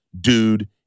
dude